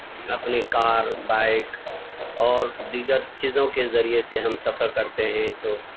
اپنی car bike اور دیگر چیزوں کے ذریعے سے ہم سفر کرتے ہیں تو